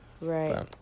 Right